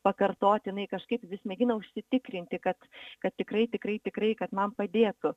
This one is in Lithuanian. pakartotinai kažkaip vis mėgina užsitikrinti kad kad tikrai tikrai tikrai kad man padėtų